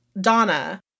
Donna